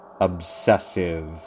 obsessive